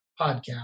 podcast